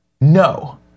No